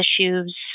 issues